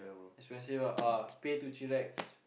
expensive ah uh pay to chillax